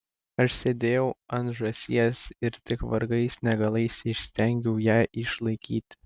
aš sėdėjau ant žąsies ir tik vargais negalais įstengiau ją išlaikyti